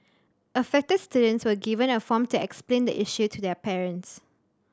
affected students were given a form to explain the issue to their parents